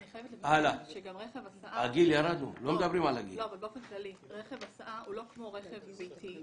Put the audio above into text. אני חייבת לציין שרכב הסעה הוא לא כמו רכב ביתי.